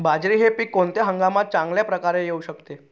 बाजरी हे पीक कोणत्या हंगामात चांगल्या प्रकारे येऊ शकते?